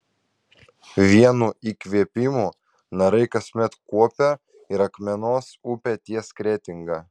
vienu įkvėpimu narai kasmet kuopia ir akmenos upę ties kretinga